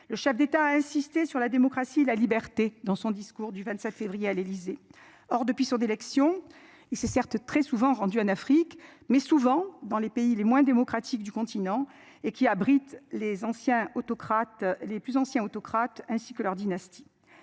Le chef d'État a insisté sur la démocratie, la liberté dans son discours du 27 février à l'Élysée. Or, depuis son élection il s'est certes très souvent rendu en Afrique mais souvent dans les pays les moins démocratiques du continent et qui abrite les ancien autocrate. Les plus anciens autocrate ainsi que leur dynastie.